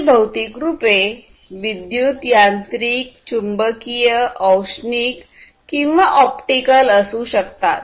ही भौतिक रूपे विद्युत यांत्रिक चुंबकीय औष्णिक किंवा ऑप्टिकल असू शकतात